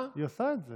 היא עושה את זה.